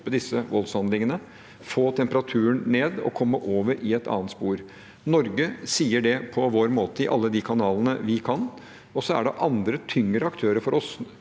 disse voldshandlingene, få temperaturen ned og komme over i et annet spor. Norge sier det på vår måte i alle de kanalene vi kan, og så er det andre, tyngre aktører enn oss